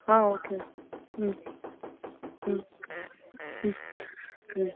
ஆ okay ம் ம் ம் ம்